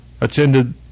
attended